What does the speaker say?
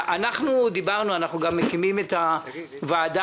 אנחנו גם מקימים את הוועדה